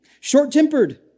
short-tempered